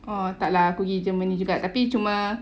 orh tak lah aku pergi germany juga tapi cuma